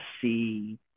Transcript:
see –